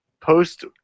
Post